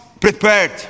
prepared